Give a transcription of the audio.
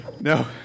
No